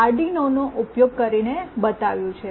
અમે તેને આર્ડિનોનો ઉપયોગ કરીને બતાવ્યું છે